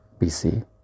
BC